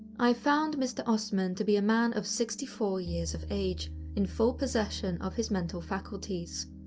i found mr. ostman to be a man of sixty-four years of age in full possession of his mental faculties.